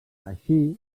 així